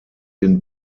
den